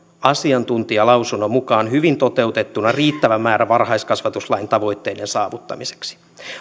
asiantuntijalausunnon mukaan hyvin toteutettuna riittävä määrä varhaiskasvatuslain tavoitteiden saavuttamiseksi